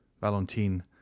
valentine